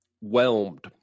whelmed